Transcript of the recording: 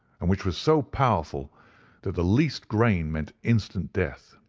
and which was so powerful that the least grain meant instant death.